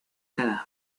cadáver